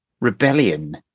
rebellion